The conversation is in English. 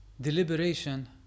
deliberation